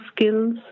skills